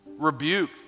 Rebuke